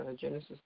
Genesis